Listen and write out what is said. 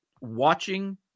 watching